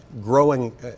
growing